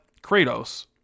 kratos